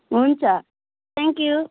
हुन्छ thank you